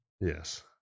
yes